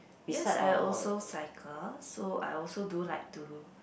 yes I also cycle so I also do like to